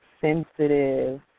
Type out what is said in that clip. sensitive